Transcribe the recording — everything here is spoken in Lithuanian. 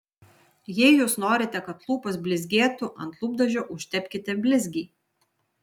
jei jūs norite kad lūpos blizgėtų ant lūpdažio užtepkite blizgį